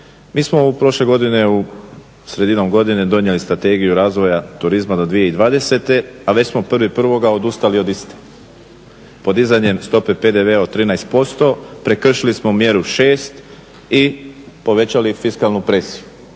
godine, sredinom godine donijeli strategiju razvoja turizma do 2020.a već smo 1.1.odustali od iste podizanjem stope PDV-a od 13% prekršili smo mjeru 6 i povećali fiskalnu presiju